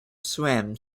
swim